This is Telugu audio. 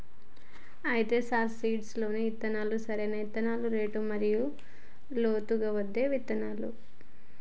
అయితే సార్ సీడ్ డ్రిల్ ఇత్తనాలను సరైన ఇత్తనాల రేటు మరియు లోతు వద్ద విత్తుతుంది